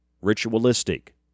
ritualistic